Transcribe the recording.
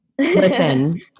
listen